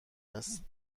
است